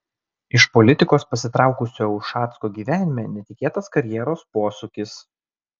iš politikos pasitraukusio ušacko gyvenime netikėtas karjeros posūkis